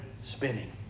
spinning